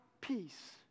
peace